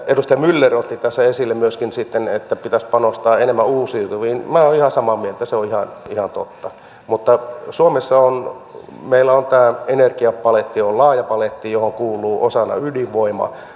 edustaja myller otti tässä esille sitten myöskin sen että pitäisi panostaa enemmän uusiutuviin niin minä olen ihan samaa mieltä se on ihan totta mutta suomessa meillä tämä energiapaletti on laaja paletti johon kuuluu osana ydinvoima